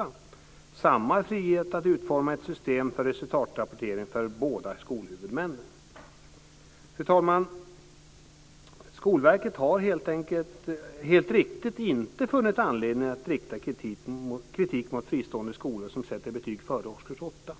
Det ska vara samma frihet att utforma ett system för resultatrapportering för båda skolhuvudmännen. Fru talman! Skolverket har helt riktigt inte funnit anledning att rikta kritik mot fristående skolor som sätter betyg före årskurs 8.